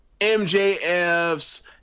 MJFs